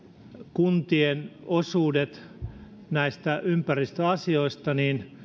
kuntien osuudet ympäristöasioista